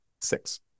Six